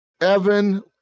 Evan